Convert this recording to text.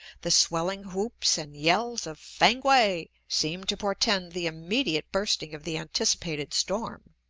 the swelling whoops and yells of fankwae seem to portend the immediate bursting of the anticipated storm,